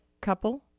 couple